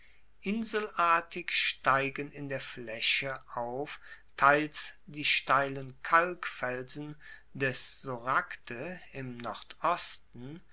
inselartig steigen in der flaeche auf teils die steilen kalkfelsen des soracte im nordosten